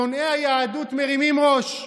שונאי היהדות מרימים ראש: